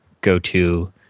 go-to